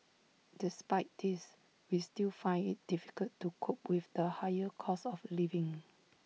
despite this we still find IT difficult to cope with the higher cost of living